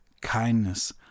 kindness